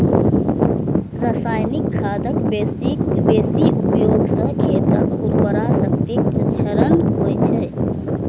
रासायनिक खादक बेसी उपयोग सं खेतक उर्वरा शक्तिक क्षरण होइ छै